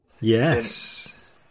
Yes